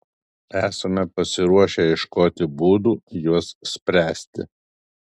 esame pasiruošę ieškoti būdų juos spręsti